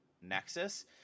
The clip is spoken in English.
Nexus